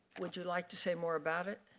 would you like to say more about it?